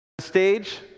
Stage